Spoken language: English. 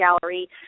gallery